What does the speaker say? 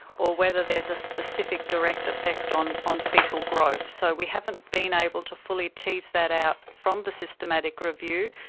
or whether there is a specific direct effect on on foetal growth. so we haven't been able to fully tease that out from the systematic review,